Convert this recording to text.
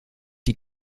die